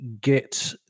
get